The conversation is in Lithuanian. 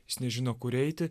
jis nežino kur eiti